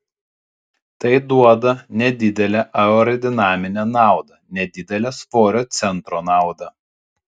tai duoda nedidelę aerodinaminę naudą nedidelę svorio centro naudą